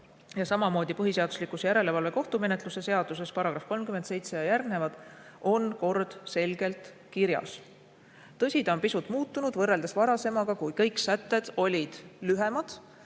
samamoodi põhiseaduslikkuse järelevalve kohtumenetluse seaduse § 37 ja järgnevad on seekord selgelt kirjas. Tõsi, ta on pisut muutunud võrreldes varasemaga, kui kõik sätted olid lühemad